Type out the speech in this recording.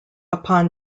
upon